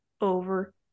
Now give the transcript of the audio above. over